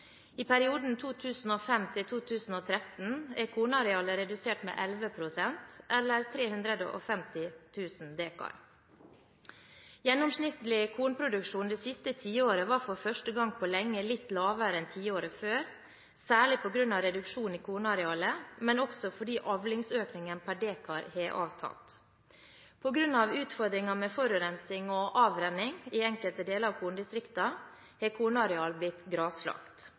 er kornarealet redusert med 11 pst. eller 350 000 dekar. Gjennomsnittlig kornproduksjon det siste tiåret var for første gang på lenge litt lavere enn tiåret før, særlig på grunn av reduksjon i kornarealet, men også fordi avlingsøkningen per dekar har avtatt. På grunn av utfordringer med forurensing og avrenning i enkelte deler av korndistriktene har kornarealer blitt graslagt. Det har